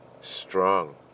strong